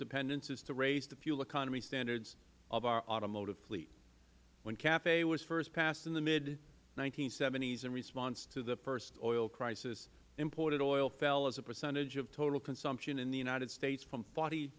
dependence is to raise the fuel economy standards of our automotive fleet when cafe was first passed in the mid s in response to the first oil crisis imported oil fell as a percentage of total consumption in the united states from forty